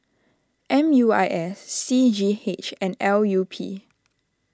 M U I S C G H and L U P